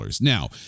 Now